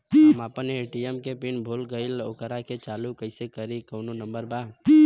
हम अपना ए.टी.एम के पिन भूला गईली ओकरा के चालू कइसे करी कौनो नंबर बा?